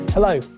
Hello